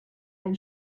ein